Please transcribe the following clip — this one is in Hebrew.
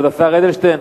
השר אדלשטיין,